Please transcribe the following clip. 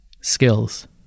skills